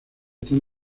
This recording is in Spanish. están